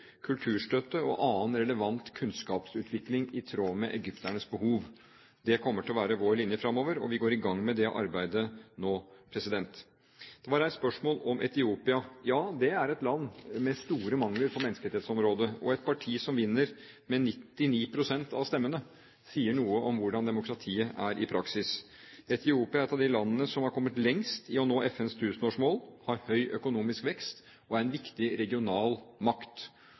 kulturstøtte og annen relevant kunnskapsutvikling i tråd med egypternes behov. Det kommer til å være vår linje fremover, og vi går i gang med det arbeidet nå. Det var et spørsmål om Etiopia. Ja, det er et land med store mangler på menneskerettighetsområdet, og et parti som vinner med 99 pst. av stemmene, sier noe om hvordan demokratiet er i praksis. Etiopia er ett av de landene som har kommet lengst i nå FNs tusenårsmål, som har høy økonomisk vekst og er en viktig regional makt.